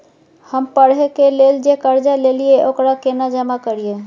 हम पढ़े के लेल जे कर्जा ललिये ओकरा केना जमा करिए?